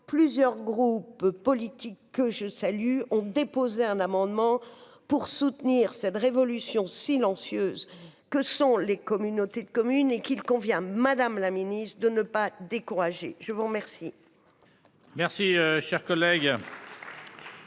plusieurs groupes politiques que je salue, ont déposé un amendement pour soutenir cette révolution silencieuse que sont les communautés de communes et qu'il convient, Madame la Ministre, de ne pas décourager, je vous remercie. Merci, cher collègue.